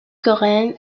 coréenne